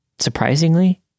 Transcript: Surprisingly